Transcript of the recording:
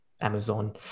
amazon